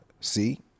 See